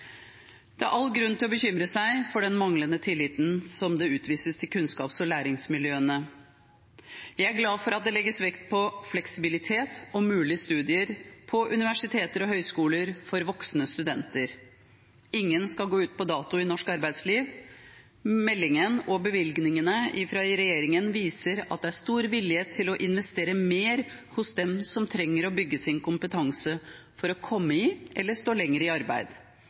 Det er all grunn til å bekymre seg over den manglende tilliten som utvises til kunnskaps- og læringsmiljøene. Jeg er glad for at det legges vekt på fleksibilitet og mulige studier på universiteter og høyskoler for voksne studenter. Ingen skal gå ut på dato i norsk arbeidsliv. Meldingen og bevilgningene fra regjeringen viser at det er stor vilje til å investere mer hos dem som trenger å bygge sin kompetanse for å komme i eller stå lenger i arbeid.